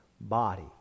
body